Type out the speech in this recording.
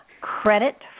credit